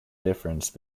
difference